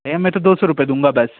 भैया मैं तो दौ सौ रुपये दूँगा बस